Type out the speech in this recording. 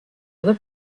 other